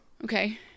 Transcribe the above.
Okay